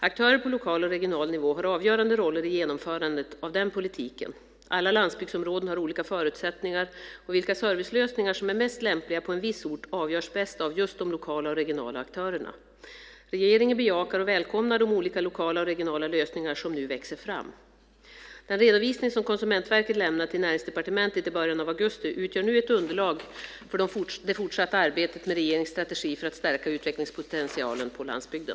Aktörer på lokal och regional nivå har avgörande roller i genomförandet av den politiken. Alla landsbygdsområden har olika förutsättningar, och vilka servicelösningar som är mest lämpliga på en viss ort avgörs bäst av just de lokala och regionala aktörerna. Regeringen bejakar och välkomnar de olika lokala och regionala lösningar som nu växer fram. Den redovisning som Konsumentverket lämnade till Näringsdepartementet i början av augusti utgör nu ett underlag för det fortsatta arbetet med regeringens strategi för att stärka utvecklingspotentialen på landsbygden.